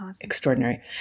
extraordinary